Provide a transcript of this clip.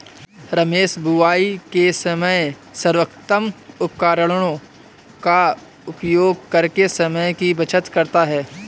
रमेश बुवाई के समय सर्वोत्तम उपकरणों का उपयोग करके समय की बचत करता है